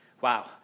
Wow